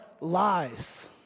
lies